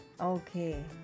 Okay